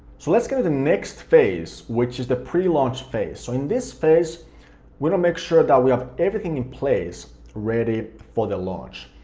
so let's get into the next phase, which is the prelaunch phase. so in this phase we're gonna make sure that we have everything in place ready for the launch.